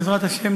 בעזרת השם,